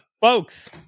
Folks